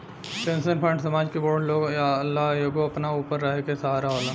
pension fund समाज के बूढ़ लोग ला एगो अपना ऊपर रहे के सहारा होला